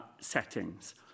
settings